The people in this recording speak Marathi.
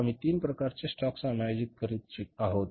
आम्ही तीन प्रकारचे स्टॉक समायोजित करीत आहोत